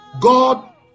God